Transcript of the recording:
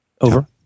Over